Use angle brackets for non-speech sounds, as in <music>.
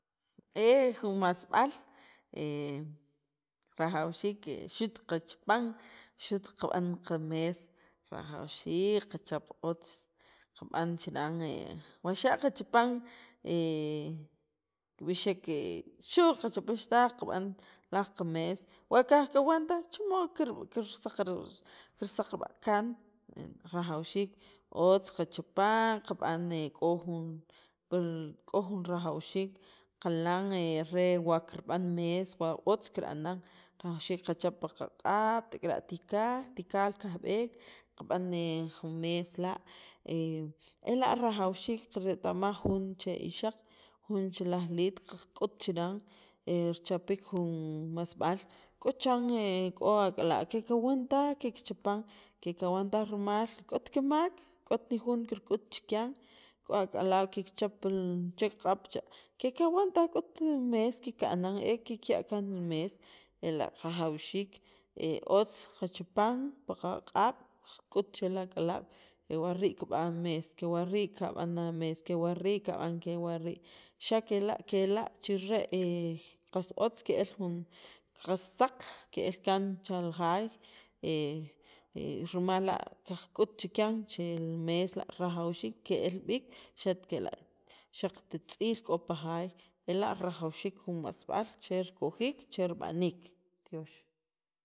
e jun ma'sb'al <hesitation> rajawxiik que xu't kachapan xu't qab'an qa mees rajawxiik qa chap otz kab'an chiran <hesitation> waxa' qachapan <hesitation> kib'ixek xu' qachapixtaj kab'an laj qa mees wo kaj kawan taj chimod kir kirsaq'ar kirisaqab' kaan <hesitation> rajawxiik otz ka chapan kab'aj k'o jun k'o jun rajawxiik kalan <hesitation> re wa' keer b'an mees wa' otz kiranan rajawxiik kachap paqa q'aab tekera' tikaal tikaal kajb'eek qab'an jun mees la <hesitation> ela' rajawxiik kiretamaaj jun che ixaq' jun che laj liit' qa k'u't chiran <hesitation> richapiik jun ma'sb'al k'o chan <hesitation> k'o ak'alaab' ke' kawantaaj ki kichapan ke' kawantaaj rimal k'ot kimaak' k'ot ni jun kirk'u't' chikyan k'o ak'alaab' ki kichap li che kiq'ab' cha ke' kawantaaj k'ot mees ki kanan e ki kiya' kan mees ela' rajawxiik <hesitation> otz kachapan paqa q'ab' ka k'ut' chike la ak'alaab' kewa' rii' kib'aneek ki b'an mees kew'a rii' kab'an a mees kewa' rii' kab'an kewa' rii' xa kela' kela' chire <hesitation> qas otz keel jun qas saq' keel kaan chal jaay <hesitation> rimal la qak'u't chikan cheel mees la rajawxiik keel b'iik xa kela' xaq'ti tz'iil k'o pa jaay ela' rajwxiik jun ma'sb'aal cher kojiik cher b'aniik tyoox.